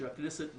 שהכנסת נתנה.